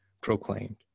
proclaimed